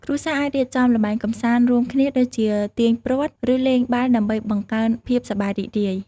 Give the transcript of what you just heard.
គ្រួសារអាចរៀបចំល្បែងកម្សាន្តរួមគ្នាដូចជាទាញព្រ័ត្រ ឬលេងបាល់ដើម្បីបង្កើនភាពសប្បាយរីករាយ។